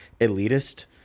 elitist